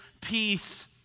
peace